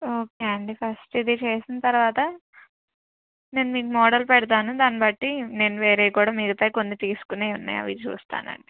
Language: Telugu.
ఓకే అండి ఫస్ట్ ఇది చేసిన తర్వాత నేను మీకు మోడల్ పెడతాను దాన్ని బట్టి నేను వేరేవి కూడా మిగతాయి కొన్ని తీసుకొనేవి ఉన్నాయి అవి చూస్తాను అండి